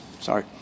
Sorry